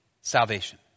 salvation